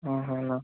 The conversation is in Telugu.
అన్న